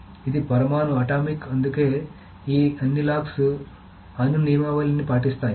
కాబట్టి ఇది పరమాణువు అందుకే ఈ అన్ని లాక్స్ అణు నియమావళి ని పాటిస్తాయి